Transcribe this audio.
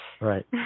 Right